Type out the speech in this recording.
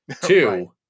Two